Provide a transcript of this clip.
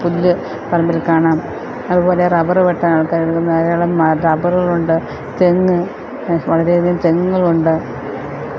പുല്ല് പറമ്പിൽ കാണാം അതുപോലെ റബ്ബർ വെട്ടാൻ ആൾക്കാർ ധാരാളം റബ്ബറുകൾ ഉണ്ട് തെങ്ങ് വളരെയധികം തെങ്ങുകൾ ഉണ്ട്